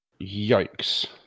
Yikes